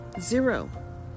zero